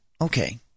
Okay